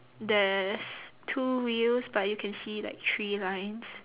there's two wheels but you can see like three lines